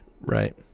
right